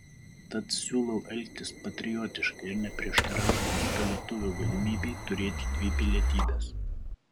tad siūlau elgtis patriotiškai ir neprieštarauti kito lietuvio galimybei turėti dvi pilietybes